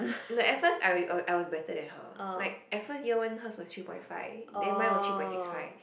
no at first I I was better than her like at first year one hers was three point five and mine was three point six right